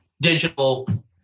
digital